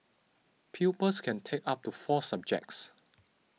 pupils can take up to four subjects